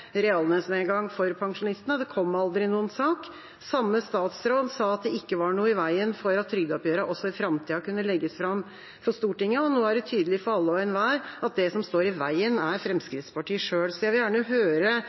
reallønnsnedgang for pensjonistene. Det kom aldri noen sak. Samme statsråd sa at det ikke var noe i veien for at trygdeoppgjørene også i framtida kunne legges fram for Stortinget. Nå er det tydelig for alle og enhver at det som står i veien, er Fremskrittspartiet selv. Så jeg vil gjerne høre